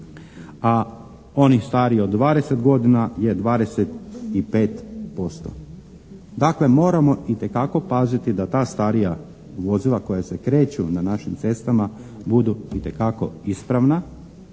a onih starijih od dvadeset godina je 25%. Dakle, moramo itekako paziti da ta starija vozila koja se kreću na našim cestama budu itekako ispravna